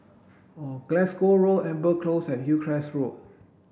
Glasgow Road Amber Close and Hillcrest Road